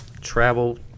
travel